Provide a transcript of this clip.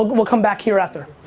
ah but we'll come back here after.